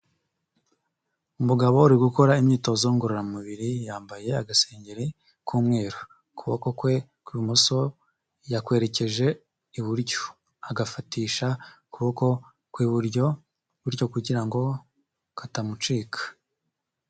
Umugabo uri gukora imyitozo ngororamubiri yambaye agasengeri k'umweru, ukuboko kwe kw'ibumoso yakwerekeje iburyo agafatisha ukuboko kw'iburyo gutyo kugira ngo katamucika.